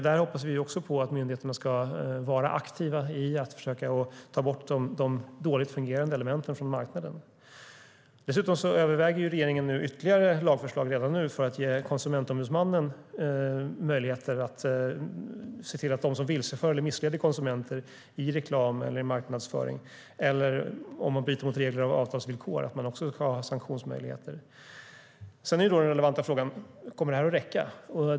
Där hoppas vi att myndigheterna ska vara aktiva när det gäller att försöka ta bort de dåligt fungerande elementen från marknaden. Regeringen överväger dessutom redan nu ytterligare lagförslag för att ge Konsumentombudsmannen sanktionsmöjligheter även mot dem som vilseför eller missleder konsumenter i reklam eller marknadsföring eller som bryter mot regler och avtalsvillkor. Den relevanta frågan är: Kommer det här att räcka?